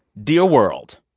dear world,